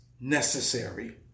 necessary